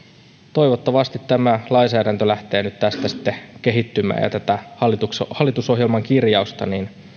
toivottavasti tämä lainsäädäntö lähtee nyt tästä sitten kehittymään ja tätä hallitusohjelman kirjausta